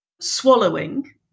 swallowing